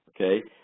Okay